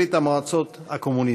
ברית המועצות הקומוניסטית.